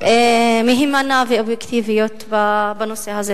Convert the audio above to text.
מהימנה ואובייקטיבית בנושא הזה.